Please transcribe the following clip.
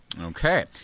Okay